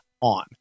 on